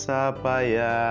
Sapaya